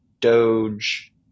Doge